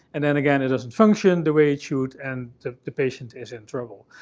and then, again it doesn't function the way it should, and the the patient is in trouble.